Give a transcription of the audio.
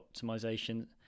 optimization